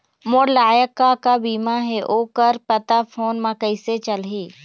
मोर लायक का का बीमा ही ओ कर पता फ़ोन म कइसे चलही?